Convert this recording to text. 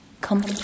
Come